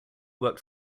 worked